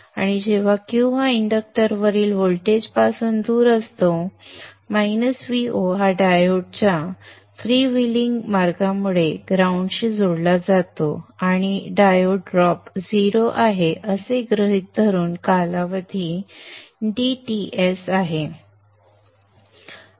आणि जेव्हा Q हा इंडक्टरवरील व्होल्टेजपासून दूर असतो Vo हा डायोडच्या फ्रीव्हीलिंग मार्गामुळे ग्राउंड शी जोडला जातो आणि डायोड ड्रॉप 0 आहे असे गृहीत धरून कालावधी dTs आहे